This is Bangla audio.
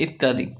ইত্যাদি